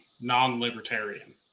non-libertarian